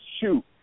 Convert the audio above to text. shoot